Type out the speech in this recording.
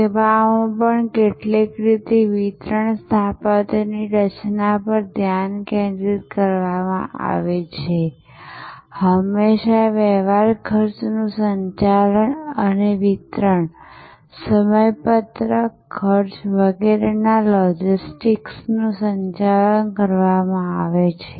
સેવાઓમાં પણ કેટલીક રીતે વિતરણ સ્થાપત્યની રચના પર ધ્યાન કેન્દ્રિત કરવામાં આવે છે હંમેશા વ્યવહાર ખર્ચનું સંચાલન અને વિતરણ સમયપત્રક ખર્ચ વગેરેના લોજિસ્ટિક્સનું સંચાલન કરવામાં આવે છે